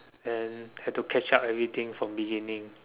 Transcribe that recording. and have to catch up everything from beginning